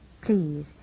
please